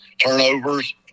turnovers